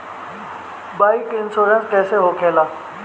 Bike insurance कैसे होखे ला?